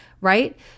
right